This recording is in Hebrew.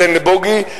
תן לבוגי,